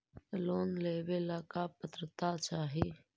Loan लेवेला का पात्रता चाही?